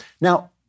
Now